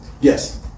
Yes